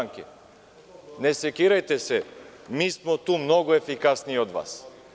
Ne sekirajte se, mi smo tu mnogo efikasniji od vas.